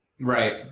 Right